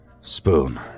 Spoon